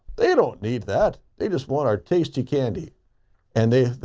they don't need that. they just want our tasty candy and they,